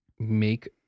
Make